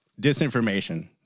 disinformation